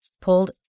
pulled